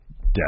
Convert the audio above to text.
Death